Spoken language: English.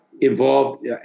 involved